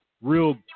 real